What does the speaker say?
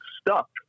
stuck